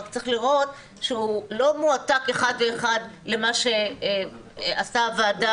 רק צריך לראות שהוא לא מועתק אחד לאחד למה שעשתה הוועדה